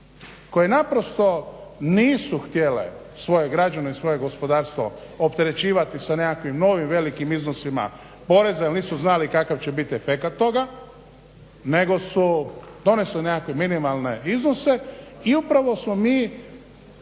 koje naprosto nisu htjele svoje građane i svoje gospodarstvo opterećivati sa nekakvim novim velikim iznosima poreza jer nisu znali kakav će biti efekat toga nego su donesle nekakve minimalne iznose i upravo smo mi